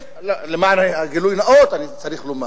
למען הגילוי הנאות אני צריך לומר